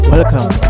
Welcome